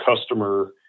customer